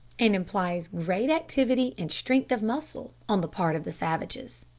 and implies great activity and strength of muscle on the part of the savages.